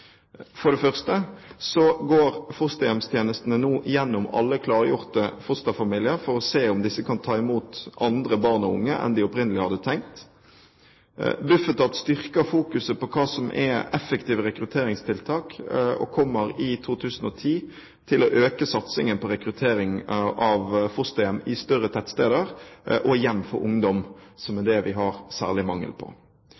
For det første går fosterhjemstjenestene nå gjennom alle klargjorte fosterfamilier for å se om disse kan ta imot andre barn og unge enn de opprinnelig hadde tenkt. For det andre vil Bufetat styrke fokuset på hva som er effektive rekrutteringstiltak, og kommer i 2010 til å øke satsingen på rekruttering av fosterhjem i større tettsteder og på hjem for ungdom, som